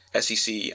SEC